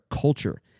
culture